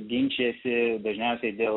ginčijasi dažniausiai dėl